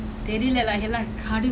that's why